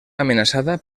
amenaçada